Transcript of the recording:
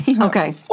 Okay